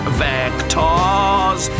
vectors